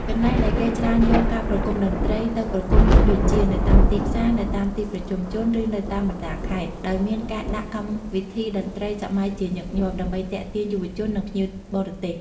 កន្លែងដែលគេច្រើនយកការប្រគុំតន្ត្រីទៅប្រគុំមានដូចជា នៅតាមទីផ្សារ នៅតាមទីប្រជុំជន ឬនៅតាមបណ្តាខេត្ត ដោយមានការដាក់កម្មវិធីតន្ត្រីសម័យជាញឹកញាប់ ដើម្បីទាក់ទាញយុវជន និងភ្ញៀវបរទេស។